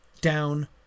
down